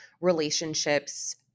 relationships